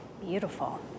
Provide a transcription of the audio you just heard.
Beautiful